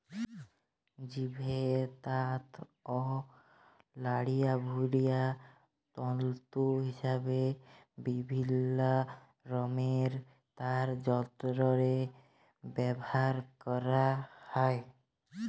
জীবের আঁত অ লাড়িভুঁড়িকে তল্তু হিসাবে বিভিল্ল্য রকমের তার যল্তরে ব্যাভার ক্যরা হ্যয়